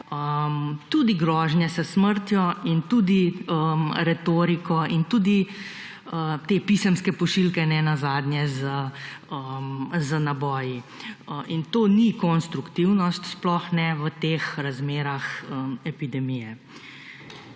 tudi grožnje s smrtjo in tudi retoriko in tudi te pisemske pošiljke nenazadnje z naboji. In to ni konstruktivnost, sploh ne v teh razmerah epidemije.